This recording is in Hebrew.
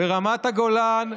ברמת הגולן,